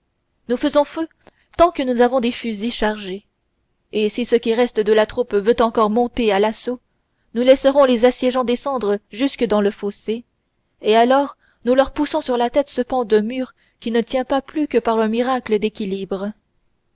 nous faisons feu tant que nous avons des fusils chargés si ce qui reste de la troupe veut encore monter à l'assaut nous laissons les assiégeants descendre jusque dans le fossé et alors nous leur poussons sur la tête ce pan de mur qui ne tient plus que par un miracle d'équilibre